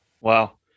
Wow